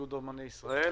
מאיגוד אומני ישראל,